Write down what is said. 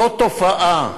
זאת תופעה.